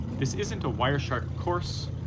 this isn't a wireshark course,